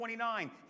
29